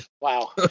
Wow